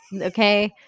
Okay